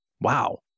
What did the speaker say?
Wow